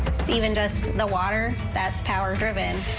even dust the water that's power driven.